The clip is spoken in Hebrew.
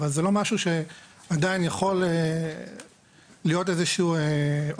אבל זה לא משהו שעדיין יכול להיות איזה שהוא עוגן